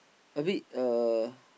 a bit uh